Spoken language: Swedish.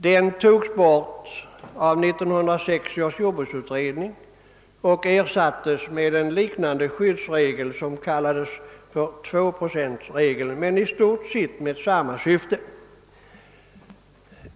Den togs bort av 1960 års jordbruksutredning och ersattes med en liknande skyddsregel, som kallades tvåprocentregeln med i stort sett samma syfte.